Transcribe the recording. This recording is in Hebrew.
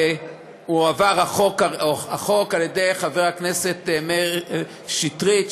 הועבר החוק על-ידי חבר הכנסת מאיר שטרית,